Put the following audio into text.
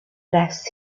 less